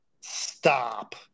Stop